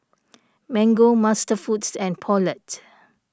Mango MasterFoods and Poulet